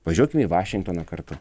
važiuokime į vašingtoną kartu